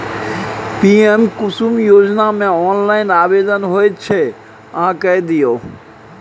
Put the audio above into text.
PM Kusum योजनामे online आवेदन होइत छै अहाँ कए दियौ